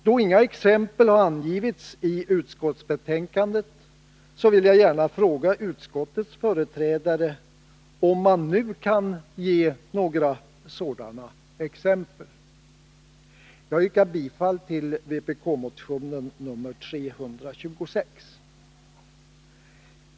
Då inga sådana exempel angetts i utskottsbetänkandet vill jag gärna fråga utskottets företrädare om de nu kan ge några sådana exempel. Jag yrkar bifall till vpk-motionen nr 326.